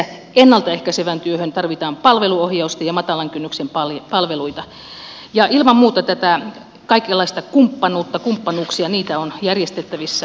ennalta ehkäisevään työhön tarvitaan palveluohjausta ja matalan kynnyksen palveluita ja ilman muuta tätä kaikenlaista kumppanuutta kumppanuuksia on järjestettävissä